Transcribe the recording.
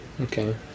Okay